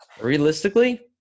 realistically